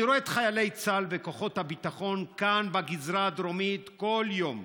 אני רואה את חיילי צה"ל וכוחות הביטחון כאן בגזרה הדרומית כל יום.